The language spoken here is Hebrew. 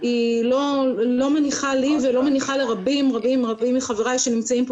לא מניחה לי ולרבים רבים מחבריי שנמצאים פה